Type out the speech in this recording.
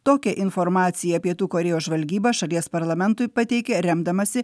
tokią informaciją pietų korėjos žvalgyba šalies parlamentui pateikė remdamasi